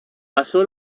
pasó